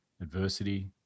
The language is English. adversity